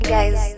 Guys